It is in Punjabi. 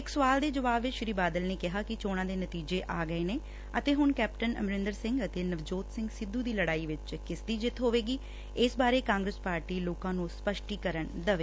ਇਕ ਸੁਆਲ ਦੇ ਜਵਾਬ ਵਿਚ ਸ੍ੀ ਬਾਦਲ ਨੇ ਕਿਹਾ ਕਿ ਚੋਣਾਂ ਦੇ ਨਤੀਜੇ ਆ ਗਏ ਨੇ ਅਤੇ ਹੁਣ ਕੈਪਟਨ ਅਮਰਿੰਦਰ ਸਿੰਘ ਅਤੇ ਨਵਜੋਤ ਸਿੰਘ ਸਿੱਧੁ ਦੀ ਲਤਾਈ ਵਿਚ ਕਿਸਦੀ ਜਿੱਤ ਹੋਵੇਗੀ ਇਸ ਬਾਰੇ ਕਾਂਗਰਸ ਪਾਰਟੀ ਲੋਕਾਂ ਨੂੰ ਸਪਸ਼ਟੀਕਰਨ ਦੇਵੇ